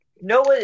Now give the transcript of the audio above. Noah